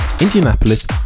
Indianapolis